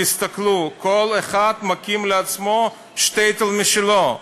תסתכלו, כל אחד מקים לעצמו שטעטל משלו,